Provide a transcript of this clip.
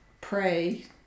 pray